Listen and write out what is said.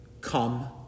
come